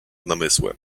namysłem